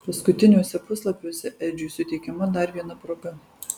paskutiniuose puslapiuose edžiui suteikiama dar viena proga